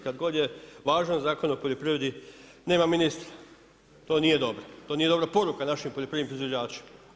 Kad god je važan zakon o poljoprivredi nema ministra, to nije dobro, to nije dobra poruka našim poljoprivrednim proizvođačima.